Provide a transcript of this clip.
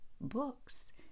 Books